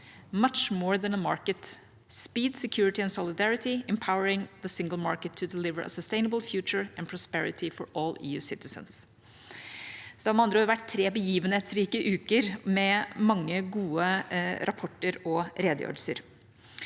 Det har med andre ord vært tre begivenhetsrike uker, med mange gode rapporter og redegjørelser.